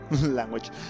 language